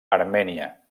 armènia